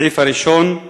הסעיף הראשון: